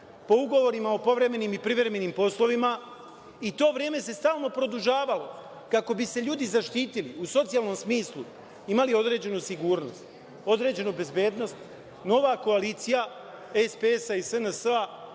po ugovorima o povremenim i privremenim poslovima, i to vreme se stalno produžavalo kako bi se ljudi zaštitili u socijalnom smislu, imali određenu sigurnost, određenu bezbednost, nova koalicija SPS i SNS